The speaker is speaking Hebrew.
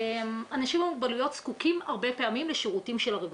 אנשים עם מוגבלויות זקוקים הרבה פעמים לשירותים של הרווחה,